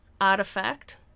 artifact